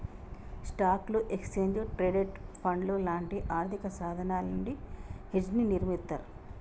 స్టాక్లు, exchange traded ఫండ్లు లాంటి ఆర్థికసాధనాల నుండి హెడ్జ్ని నిర్మిత్తర్